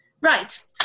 Right